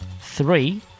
three